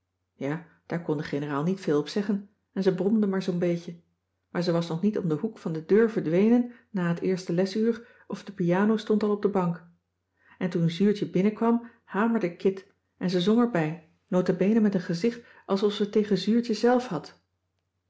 ja daar kon de generaal niet veel op zeggen en ze bromde maar zoo'n beetje maar ze was nog niet om den hoek van de deur verdwenen na t eerste lesuur of de piano stond al op de bank en toen zuurtje binnenkwam hamerde kit en ze zong erbij nota bene met een gezicht alsof ze het tegen zuurtje zelf had